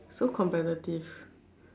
so competitive